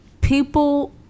people